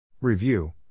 Review